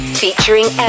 featuring